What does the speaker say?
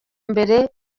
mbere